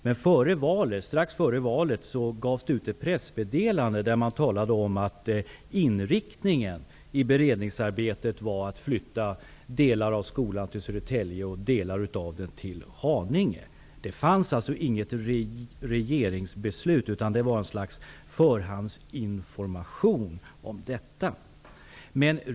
Men strax före valet gavs det ut ett pressmeddelande, där det talades om att inriktningen av beredningsarbetet var att flytta delar av skolan till Södertälje och andra delar till Haninge. Det fanns alltså inget regeringsbeslut, utan det var ett slags förhandsinformation.